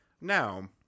Now